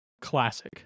classic